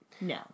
no